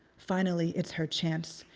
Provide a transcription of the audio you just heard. finally it's her chance.